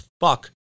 fuck